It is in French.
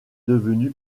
devenu